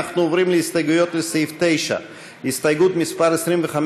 אנחנו עוברים להסתייגויות לסעיף 9. הסתייגות מס' 25,